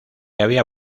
había